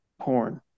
porn